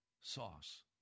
sauce